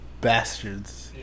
Bastards